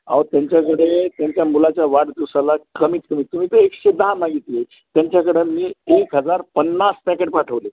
अहो त्यांच्याकडे त्यांच्या मुलाच्या वाढदिवसाला कमीत कमी तुम्ही तर एकशे दहा मागितली आहे त्यांच्याकडं मी एक हजार पन्नास पॅकेट पाठवले